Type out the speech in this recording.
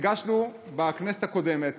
הגשנו בכנסת הקודמת